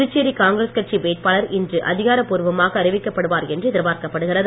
Puducherry Congress கட்சி வேட்பாளர் இன்று அதிகாரப்பூர்வமாக அறிவிக்கப்படுவார் என்று எதிர்பார்க்கப்படுகிறது